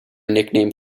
nicknamed